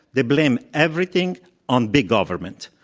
they blame everything on big government.